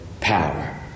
power